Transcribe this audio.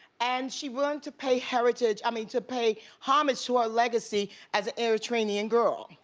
and, she wanted to pay heritage i mean to pay homage to her legacy as a eritrean girl.